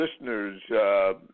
listeners